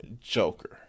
Joker